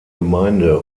gemeinde